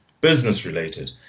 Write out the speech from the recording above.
Business-related